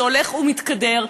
שהולך ומתקדר,